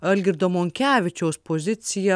algirdo monkevičiaus pozicija